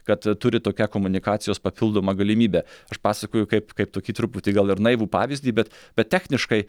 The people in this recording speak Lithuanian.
kad turi tokią komunikacijos papildomą galimybę aš pasakoju kaip kaip tokį truputį gal ir naivų pavyzdį bet bet techniškai